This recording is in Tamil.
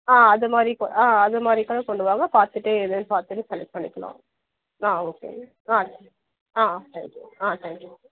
ஆ அது மாதிரி கோ ஆ அது மாதிரி கூட கொண்டு வாங்க பார்த்துட்டு எதுன்னு பார்த்துட்டு செலக்ட் பண்ணிக்கலாம் ஆ ஓகேங்க ஆ சரி ஆ தேங்க் யூ ஆ தேங்க் யூ